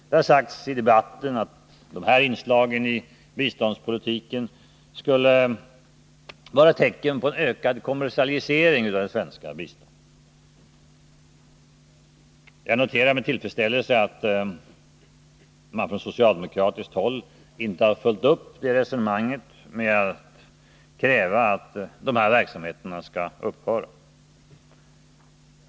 Det har sagts i debatten att de här inslagen i biståndspolitiken skulle vara tecken på en ökad kommersialisering av det svenska biståndet. Jag noterar med tillfredsställelse att man från socialdemokratiskt håll inte har följt upp det resonemanget med att kräva att de här verksamheterna skall upphöra.